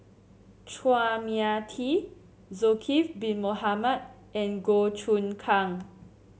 Chua Mia Tee Zulkifli Bin Mohamed and Goh Choon Kang